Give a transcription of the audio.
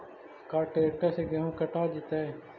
का ट्रैक्टर से गेहूं कटा जितै?